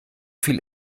viel